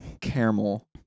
caramel